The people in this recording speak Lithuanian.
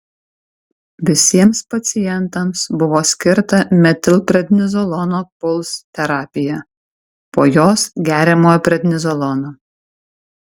visiems pacientams buvo skirta metilprednizolono puls terapija po jos geriamojo prednizolono